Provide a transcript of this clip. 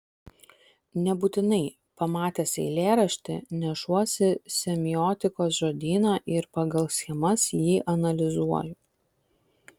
nebūtinai pamatęs eilėraštį nešuosi semiotikos žodyną ir pagal schemas jį analizuoju